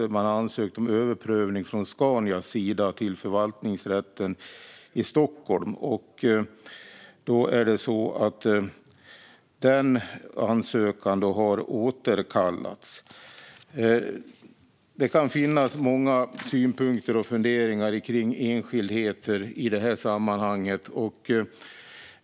Scania har ansökt om överprövning hos Förvaltningsrätten i Stockholm. Den ansökan har återkallats. Det kan finnas många synpunkter och funderingar kring enskildheter i det här sammanhanget.